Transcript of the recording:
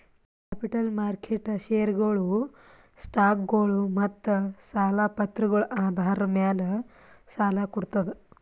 capital market ಷೇರ್ಗೊಳು, ಸ್ಟಾಕ್ಗೊಳು ಮತ್ತ್ ಸಾಲ ಪತ್ರಗಳ್ ಆಧಾರ್ ಮ್ಯಾಲ್ ಸಾಲ ಕೊಡ್ತದ್